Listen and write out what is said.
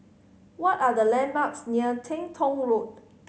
what are the landmarks near Teng Tong Road